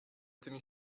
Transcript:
tymi